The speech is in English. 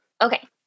Okay